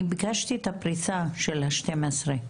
אני ביקשתי את הפריסה של ה-12.